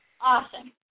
Awesome